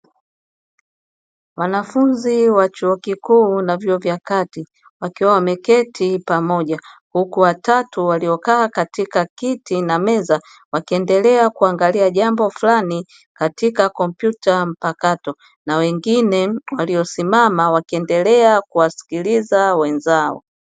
Wanafunzi wa chuo kikuu na vyuo vya kati wakiwa wameketi pamoja, huku watatu waliokaa katika kiti na meza wakiendelea kuangalia jambo fulani katika kompyuta mpakato, na wengine waliosimama wakiendelea kuwasikiliza wenzao.